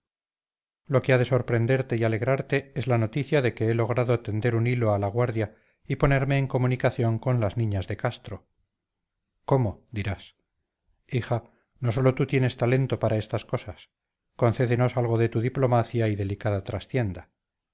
ha de sorprenderte y alegrarte es la noticia de que he logrado tender un hilo a la guardia y ponerme en comunicación con las niñas de castro cómo dirás hija no sólo tú tienes talento para estas cosas concédenos algo de tu diplomacia y delicada trastienda